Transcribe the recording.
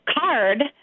card